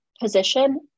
position